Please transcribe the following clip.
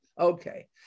Okay